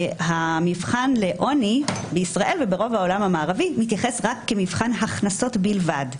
המבחן לעוני בישראל וברוב העולם המערבי מתייחס רק כמבחן הכנסות בלבד.